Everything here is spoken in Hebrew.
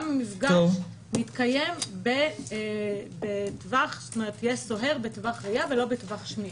גם אם המפגש מתקיים כשיש סוהר בטווח ראייה ולא בטווח שמיעה.